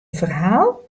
ferhaal